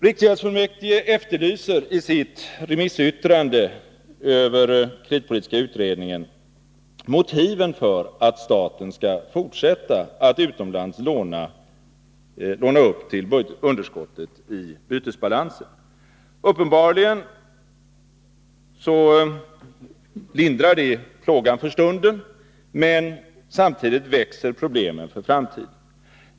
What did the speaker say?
Riksgäldsfullmäktige efterlyser i sitt remissyttrande över kreditpolitiska utredningen motiven för att staten skall fortsätta att utomlands låna upp till underskottet i bytesbalansen. Uppenbarligen lindrar det plågan för stunden, men samtidigt växer problemen för framtiden.